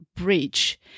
bridge